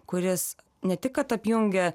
kuris ne tik kad apjungia